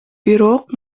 бирок